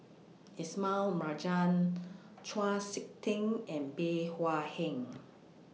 Ismail Marjan Chau Sik Ting and Bey Hua Heng